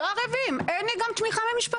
לא ערבים, אין לי גם תמיכה מהמשפחה.